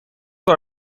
بار